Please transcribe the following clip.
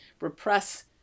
repress